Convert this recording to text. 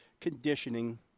conditioning